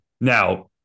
Now